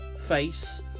face